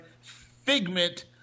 figment